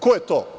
Ko je to?